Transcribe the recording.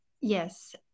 Yes